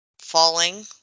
falling